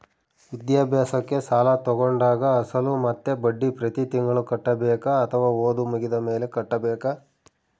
ವಿದ್ಯಾಭ್ಯಾಸಕ್ಕೆ ಸಾಲ ತೋಗೊಂಡಾಗ ಅಸಲು ಮತ್ತೆ ಬಡ್ಡಿ ಪ್ರತಿ ತಿಂಗಳು ಕಟ್ಟಬೇಕಾ ಅಥವಾ ಓದು ಮುಗಿದ ಮೇಲೆ ಕಟ್ಟಬೇಕಾ?